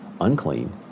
unclean